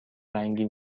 رنگی